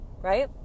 right